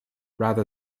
rather